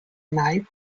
knife